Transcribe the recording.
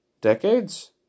decades